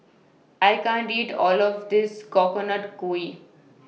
I can't eat All of This Coconut Kuih